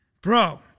bro